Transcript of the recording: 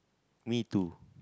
me too